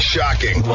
Shocking